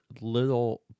little